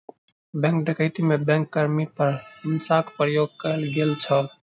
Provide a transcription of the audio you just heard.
bank डकैती में bank कर्मी पर हिंसाक प्रयोग कयल गेल छल